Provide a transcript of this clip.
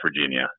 virginia